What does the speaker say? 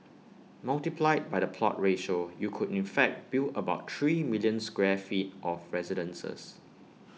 multiplied by the plot ratio you could in fact build about three million square feet of residences